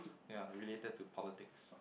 ya related to politics